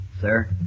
sir